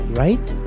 right